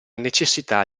necessità